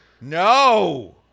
No